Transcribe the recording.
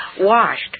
washed